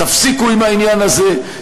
תפסיקו עם העניין הזה,